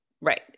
right